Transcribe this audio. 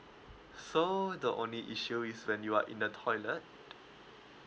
so the only issue is when you are in the toilet